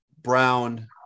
Brown